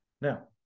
Now